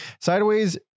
Sideways